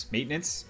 Maintenance